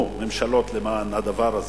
וממשלות עשו למען הדבר הזה,